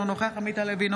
אינו נוכח עמית הלוי,